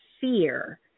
fear